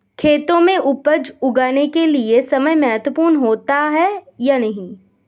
खेतों में उपज उगाने के लिये समय महत्वपूर्ण होता है या नहीं?